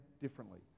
differently